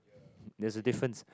there's a difference